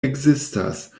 ekzistas